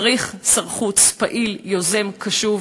צריך שר חוץ פעיל, יוזם, קשוב,